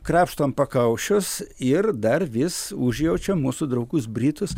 krapštom pakaušius ir dar vis užjaučiam mūsų draugus britus